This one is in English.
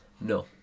No